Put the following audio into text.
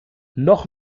noch